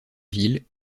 ville